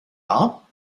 all